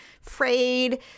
frayed